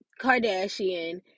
Kardashian